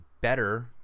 better